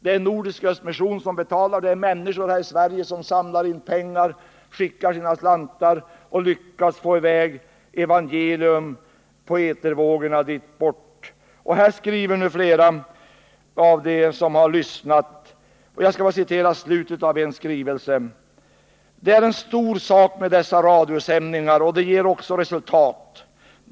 Det är Nordisk Östmission som betalar dessa sändningar. Det är människor här i Sverige som samlar in pengar, skickar sina slantar och lyckas få i väg evangelium på etervågorna dit bort. Här skriver flera av dem som har lyssnat. Jag skall citera slutet i ett brev: ”Det är en stor sak med dessa radiosändningar och de ger också resultat.